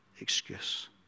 excuse